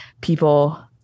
people